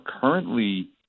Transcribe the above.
currently